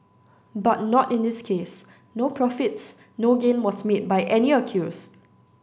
but not in this case no profits no gain was made by any accused